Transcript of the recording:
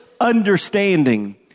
understanding